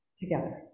together